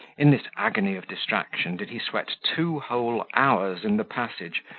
in this agony of distraction did he sweat two whole hours in the passage,